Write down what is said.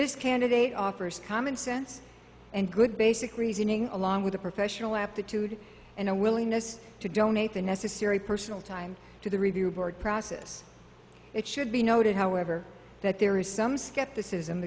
this candidate offers common sense and good basic reasoning along with a professional aptitude and a willingness to donate the necessary personal time to the review board process it should be noted however that there is some skepticism